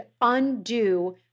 undo